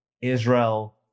Israel